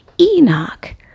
Enoch